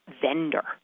vendor